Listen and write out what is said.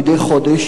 מדי חודש,